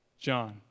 John